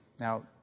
Now